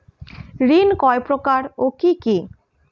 ঋণ কয় প্রকার ও কি কি?